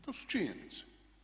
To su činjenice.